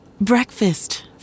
Breakfast